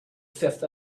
fifth